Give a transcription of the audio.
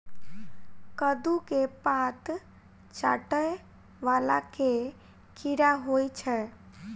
कद्दू केँ पात चाटय वला केँ कीड़ा होइ छै?